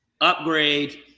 upgrade